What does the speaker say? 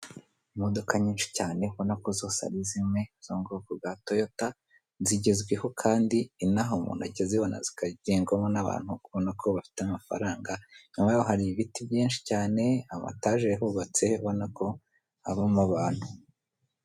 Imodoka nyinshi cyane ubonako zose ari zimwe zo mu bwoko bwa Toyota, zigezweho kandi inaha umuntu ajya azibona zikagendwaho n'abantu ubonako bafite amafaranga inyuma yaho hari ibiti by'inshi cyane, amataje yarubatse ubonako abamo abantu.